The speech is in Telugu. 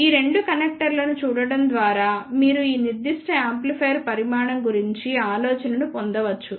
ఈ రెండు కనెక్టర్లను చూడటం ద్వారా మీరు ఈ నిర్దిష్ట యాంప్లిఫైయర్ పరిమాణం గురించి ఆలోచనను పొందవచ్చు